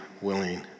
willing